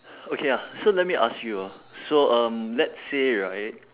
okay lah so let me ask you hor so um let's say right